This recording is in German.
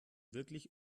wirklich